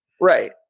Right